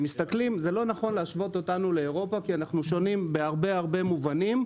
זה לא נכון להשוות אותנו לאירופה כי אנחנו שונים בהרבה מובנים,